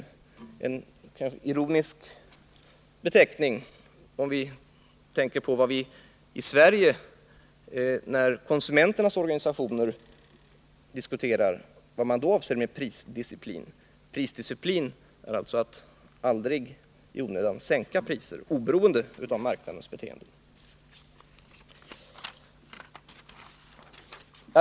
Det är en ironisk beteckning om vi tänker på vad konsumenternas organisationer här i Sverige menar med prisdisciplin. Men i detta fall menas alltså med prisdisciplin att aldrig i onödan sänka priserna, oberoende av marknadens beteende.